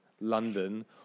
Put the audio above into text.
London